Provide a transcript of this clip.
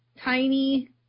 tiny